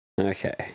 Okay